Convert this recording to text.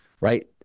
right